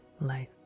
life